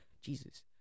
Jesus